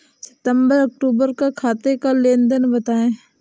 सितंबर अक्तूबर का खाते का लेनदेन बताएं